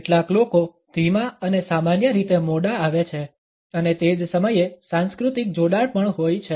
કેટલાક લોકો ધીમા અને સામાન્ય રીતે મોડા આવે છે અને તે જ સમયે સાંસ્કૃતિક જોડાણ પણ હોય છે